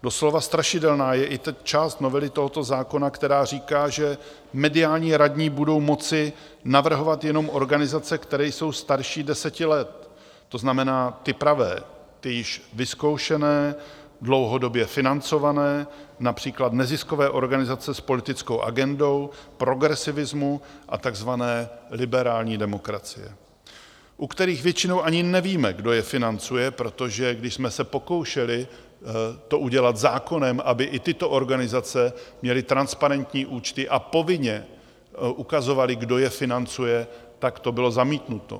Doslova strašidelná je i část novely tohoto zákona, která říká, že mediální radní budou moci navrhovat jenom organizace, které jsou starší 10 let, to znamená ty pravé, ty již vyzkoušené, dlouhodobě financované, například neziskové organizace s politickou agendou progresivismu a takzvané liberální demokracie, u kterých většinou ani nevíme, kdo je financuje, protože když jsme se pokoušeli to udělat zákonem, aby i tyto organizace měly transparentní účty a povinně ukazovaly, kdo je financuje, tak to bylo zamítnuto.